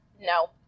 no